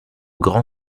grand